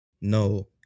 no